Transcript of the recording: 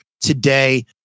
today